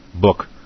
book